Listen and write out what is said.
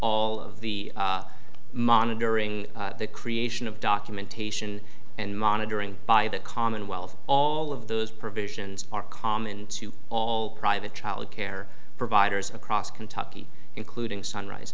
of the monitoring the creation of documentation and monitoring by the commonwealth all of those provisions are common to all private childcare providers across kentucky including sunrise